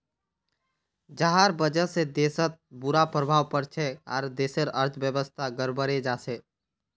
जहार वजह से देशत बुरा प्रभाव पोरछेक आर देशेर अर्थव्यवस्था गड़बड़ें जाछेक